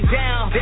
down